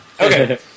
Okay